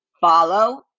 follow